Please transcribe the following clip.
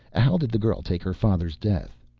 how did the girl take her father's death?